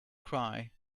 cry